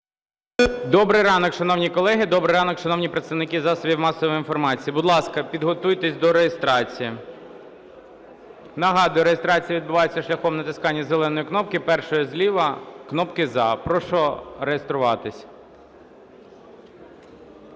Добрий ранок, шановні колеги! Добрий ранок, шановні представники засобів масової інформації! Будь ласка, підготуйтесь до реєстрації. Нагадую, реєстрація відбувається шляхом натискання зеленої кнопки, першої зліва, кнопки "за". Прошу реєструватись. 10:05:19